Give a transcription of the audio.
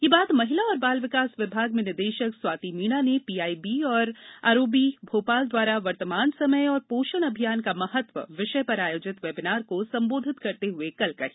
यह बात महिला और बाल विकास विभाग में निदेशक स्वाति मीणा ने पीआईबी और आरओबी भोपाल द्वारा वर्तमान समय और पोषण अभियान का महत्व विषय पर आयोजित वेबिनार को संबोधित करते हुए कल कही